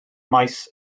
maes